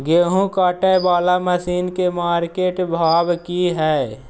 गेहूं काटय वाला मसीन के मार्केट भाव की हय?